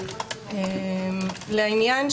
נעשה